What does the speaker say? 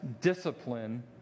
discipline